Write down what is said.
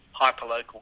hyperlocal